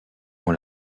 ont